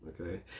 Okay